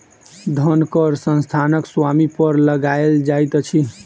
धन कर संस्थानक स्वामी पर लगायल जाइत अछि